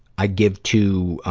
i give to,